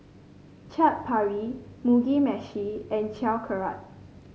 Chaat Papri Mugi Meshi and Sauerkraut